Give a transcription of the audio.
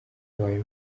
abaye